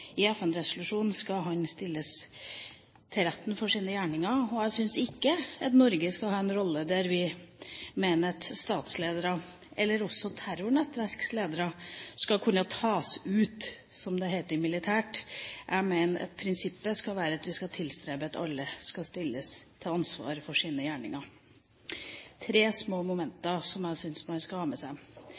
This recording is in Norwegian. skal han stilles for retten for sine gjerninger, og jeg syns ikke at Norge skal ha en rolle der vi mener at statsledere eller terrornettverks ledere skal kunne tas ut, som det heter militært. Jeg mener at prinsippet skal være at vi tilstreber at alle stilles til ansvar for sine gjerninger. To små momenter som jeg syns man skal ha med seg